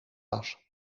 was